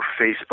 Facebook